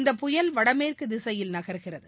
இந்தப்புயல் வடமேற்கு திசையில் நகர்கிறது